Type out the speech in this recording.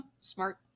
smart